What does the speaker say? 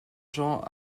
jean